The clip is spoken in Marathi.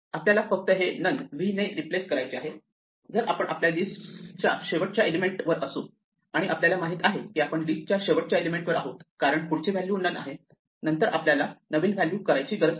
आपल्याला फक्त हे नन v ने रिप्लेस करायचे आहे जर आपण आपण लिस्टच्या शेवटच्या एलिमेंट वर असू आणि आपल्याला माहित आहे की आपण लिस्टच्या शेवटच्या एलिमेंट वर आहोत कारण पुढची व्हॅल्यू नन आहे नंतर आपल्याला नवीन व्हॅल्यू करायची गरज आहे